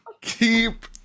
keep